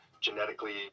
genetically